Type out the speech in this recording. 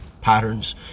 patterns